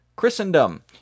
Christendom